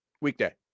weekday